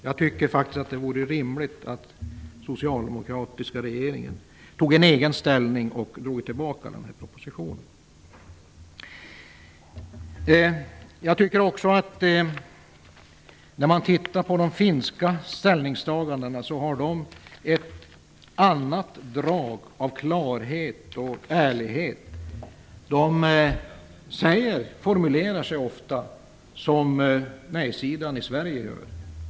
Jag tycker faktiskt att det vore rimligt att den socialdemokratiska regeringen tog en egen ställning och drog tillbaka propositionen. De finska ställningstagandena har ett helt annat drag av klarhet och ärlighet. Finländarna formulerar sig ofta som nej-sidan i Sverige gör.